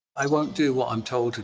i won't do what i'm told